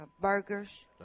burgers